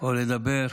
או לדבר.